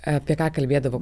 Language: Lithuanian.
apie ką kalbėdavo